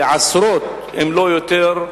לעשרות, אם לא יותר,